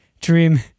Dream